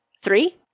Three